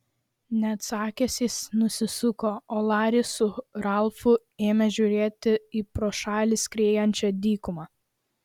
neatsakęs jis nusisuko o laris su ralfu ėmė žiūrėti į pro šalį skriejančią dykumą